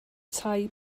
tai